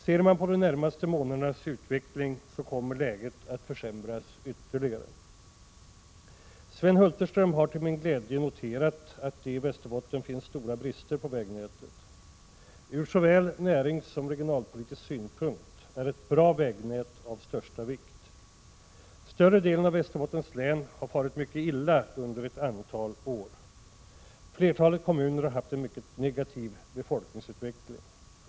Ser man på de närmaste månadernas utveckling, finner man att läget kommer att försämras ytterligare. Sven Hulterström har, till min glädje, noterat att det i Västerbotten finns stora brister beträffande vägnätet. Ur såväl näringspolitisk som regionalpolitisk synpunkt är ett bra vägnät av största vikt. Större delen av Västerbottens län har farit mycket illa under ett antal år. Flertalet kommuner har haft en mycket negativ befolkningsutveckling.